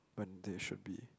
but there should be